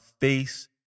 face